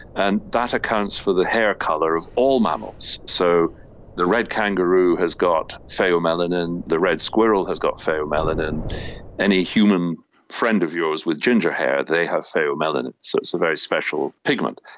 and that accounts for the hair colour of all mammals. so the red kangaroo has got pheomelanin, the red squirrel has got pheomelanin any human friend of yours with ginger hair, they have pheomelanin, so it's a very special pigment.